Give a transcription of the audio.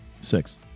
Six